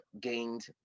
gained